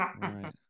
Right